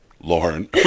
Lauren